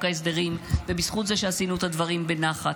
ההסדרים ובזכות זה שעשינו את הדברים בנחת.